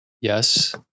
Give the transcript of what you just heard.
Yes